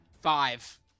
Five